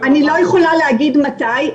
אני לא יכולה להגיד מתי,